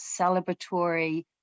celebratory